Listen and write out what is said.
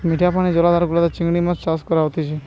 মিঠা পানি জলাধার গুলাতে চিংড়ি মাছ চাষ করা হতিছে